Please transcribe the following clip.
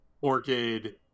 Orchid